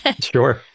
Sure